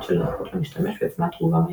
של נוחות למשתמש וזמן תגובה מהיר.